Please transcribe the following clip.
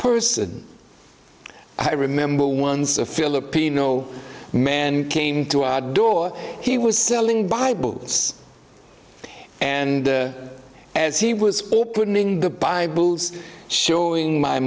person i remember once a filipino man came to our door he was selling bibles and as he was opening the bibles showing my